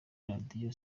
radio